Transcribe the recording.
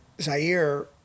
Zaire